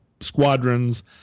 squadrons